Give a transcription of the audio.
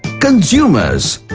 consumers,